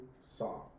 soft